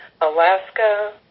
Alaska